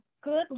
good